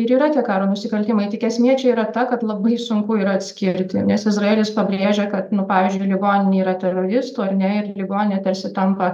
ir yra tie karo nusikaltimai tik esmė čia yra ta kad labai sunku yra atskirti nes izraelis pabrėžia kad nu pavyzdžiui ligoninė yra teroristų ar ne ir ligoninė tarsi tampa